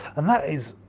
and that is,